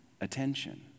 attention